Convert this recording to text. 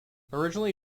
originally